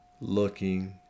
looking